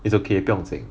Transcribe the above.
it's okay 不用紧